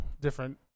different